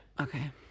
Okay